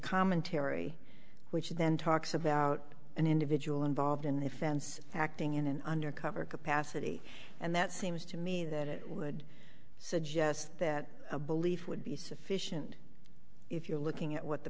commentary which then talks about an individual involved in the offense acting in an undercover capacity and that seems to me that it would suggest that a belief would be sufficient if you're looking at what the